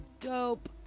dope